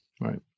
right